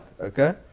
Okay